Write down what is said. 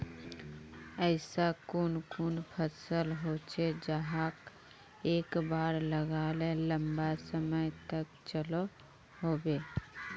ऐसा कुन कुन फसल होचे जहाक एक बार लगाले लंबा समय तक चलो होबे?